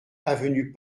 avenue